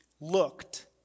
looked